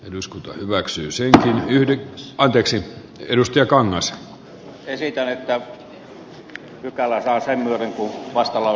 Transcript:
eduskunta hyväksyy sen yhden koodeksin edustaja ehdotan että pykälä saa sen hyvin kun vastaava